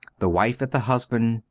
the wife at the husband,